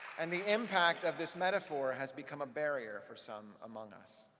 and the impact of this metaphor has become a barrier for some among us.